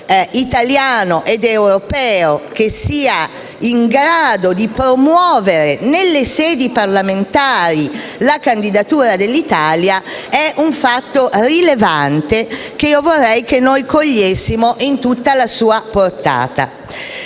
italiano ed europeo in grado di promuovere nelle sedi parlamentari la candidatura dell'Italia è un fatto rilevante, che vorrei noi cogliessimo in tutta la sua portata.